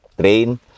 train